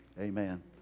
Amen